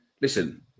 listen